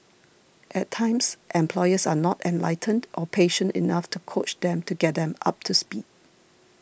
at times employers are not enlightened or patient enough to coach them to get them up to speed